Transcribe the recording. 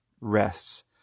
rests